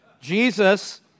Jesus